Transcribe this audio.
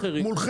עם כל הכבוד,